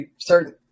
certain